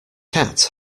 cat